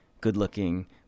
good-looking